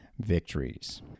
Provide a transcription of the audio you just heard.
victories